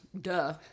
Duh